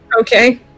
Okay